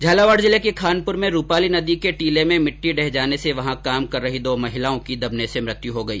झालावाड़ जिले के खानपुर में रूपाली नदी के टीले में मिट्टी ढह जाने से वहॉ काम कर रही दो महिलाओं की दबने से मृत्यु हो गई